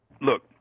Look